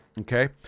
Okay